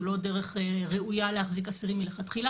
הוא לא דרך ראויה להחזיק אסירים מלכתחילה,